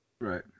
Right